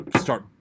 start